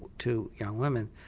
two young women,